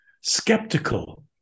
skeptical